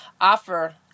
offer